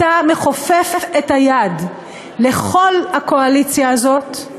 אתה מכופף את היד לכל הקואליציה הזאת,